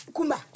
Kumba